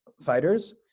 fighters